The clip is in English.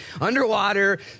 underwater